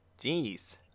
Jeez